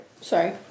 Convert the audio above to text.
Sorry